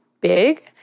big